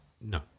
no